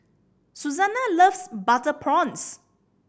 Susana loves butter prawns